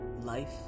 life